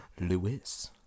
Lewis